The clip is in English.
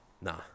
Nah